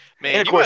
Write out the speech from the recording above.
man